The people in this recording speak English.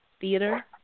theater